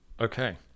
Okay